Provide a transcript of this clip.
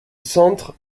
centre